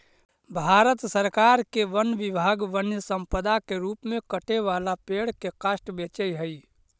भारत सरकार के वन विभाग वन्यसम्पदा के रूप में कटे वाला पेड़ के काष्ठ बेचऽ हई